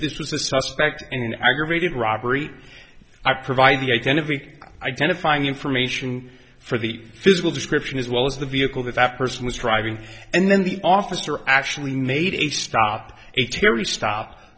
this was a suspect in an aggravated robbery i provide the identity identifying information for the physical description as well as the vehicle that that person was driving and then the officer actually made a stop a terry stop